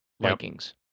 Vikings